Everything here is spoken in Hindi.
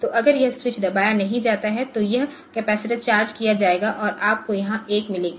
तो अगर यह स्विच दबाया नहीं जाता है तो यह कपैसिटर चार्ज किया जाएगा और आपको यहां 1 मिलेगा